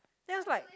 then I was like